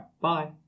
bye